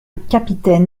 capitaine